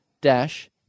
dash